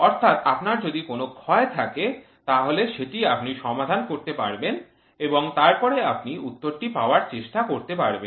অর্থাৎ আপনার যদি কোন ক্ষয় থাকে তাহলে সেটি আপনি সমাধান করতে পারবেন এবং তারপরে আপনি উত্তর টি পাওয়ার চেষ্টা করতে পারবেন